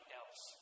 else